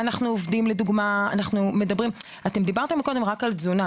אתם דיברתם קודם רק על תזונה,